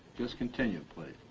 just continue, please.